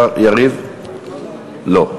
לא.